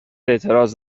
اعتراض